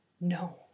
No